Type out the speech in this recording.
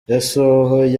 yasohoye